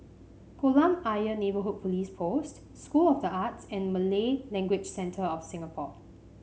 Kolam Ayer Neighbourhood Police Post School of the Arts and Malay Language Centre of Singapore